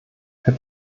herr